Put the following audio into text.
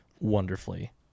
wonderfully